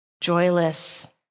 joyless